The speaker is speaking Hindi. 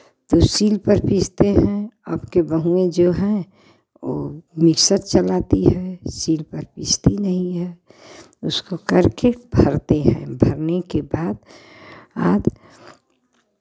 तो सील पर पीसते हैं अबके बहुएँ जो हैं वो मिक्सर चलाती है सील पर पीसती नहीं है उसको करके भरते हैं भरने के बाद बाद